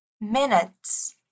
minutes